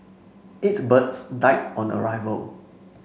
eight birds died on arrival